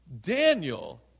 Daniel